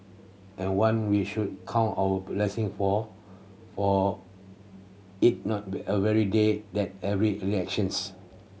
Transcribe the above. and one we should count our blessing for for it not a every day then every elections